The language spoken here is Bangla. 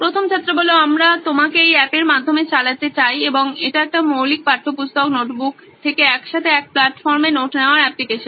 প্রথম ছাত্র আমরা আপনাকে এই অ্যাপের মাধ্যমে চালাতে চাই এবং এটি একটি মৌলিক পাঠ্যপুস্তক নোটবুক থেকে একসাথে এক প্লাটফর্মে নোট নেওয়ার অ্যাপ্লিকেশন